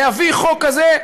להביא חוק כזה,